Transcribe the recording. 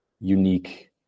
unique